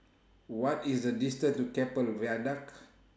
What IS The distance to Keppel Viaduct